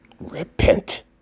Repent